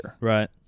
Right